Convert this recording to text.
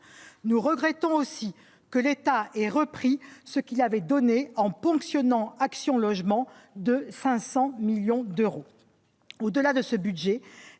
nous regrettons aussi que l'État est repris ce qu'il avait donné, en ponctionnant Action logement de 500 millions d'euros au delà de ce budget